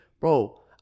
Bro